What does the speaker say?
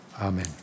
Amen